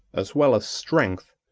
as well as strength,